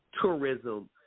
tourism